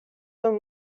son